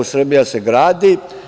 Srbija se gradi.